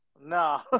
No